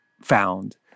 found